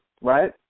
right